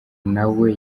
nawe